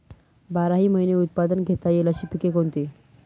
बाराही महिने उत्पादन घेता येईल अशी पिके कोणती?